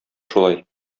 шулай